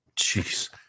Jeez